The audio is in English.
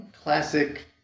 Classic